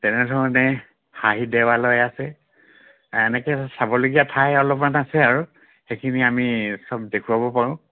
তেনেধৰণে হাৰ্হি দেৱালয় আছে এনেকে চাবলগীয়া ঠাই অলপমান আছে আৰু সেইখিনি আমি চব দেখুৱাব পাৰোঁ